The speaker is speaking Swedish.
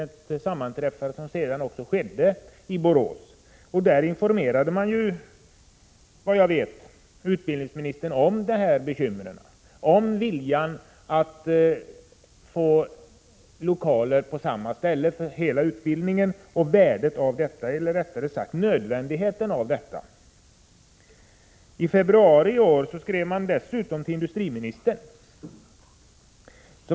Detta skedde sedan också i Borås. Där informerade man utbildningsministern, såvitt jag vet, om bekymren, om viljan att få lokaler på samma ställe för hela utbildningen och om nödvändigheten av detta. I februari i år skrev man dessutom till industriministern.